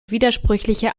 widersprüchliche